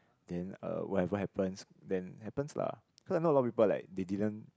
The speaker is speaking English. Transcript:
then uh whatever happens then happens lah cause I know a lot of people like they didn't